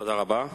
תודה רבה,